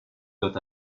that